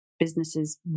businesses